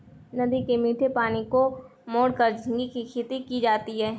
नदी के मीठे पानी को मोड़कर झींगे की खेती की जाती है